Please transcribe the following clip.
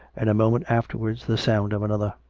and a moment afterwards the sound of another.